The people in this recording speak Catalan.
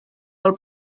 del